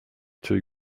two